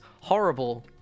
horrible